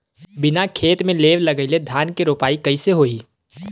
बिना खेत में लेव लगइले धान के रोपाई कईसे होई